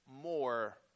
more